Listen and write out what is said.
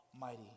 mighty